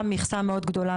גם מכסה מאוד גדולה,